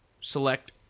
select